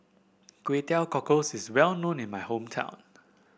Kway Teow Cockles is well known in my hometown